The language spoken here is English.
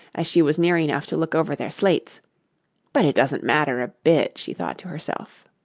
as she was near enough to look over their slates but it doesn't matter a bit she thought to herself.